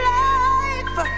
life